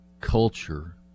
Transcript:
culture